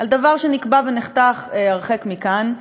על דבר שנקבע ונחתך הרחק מכאן,